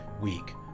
week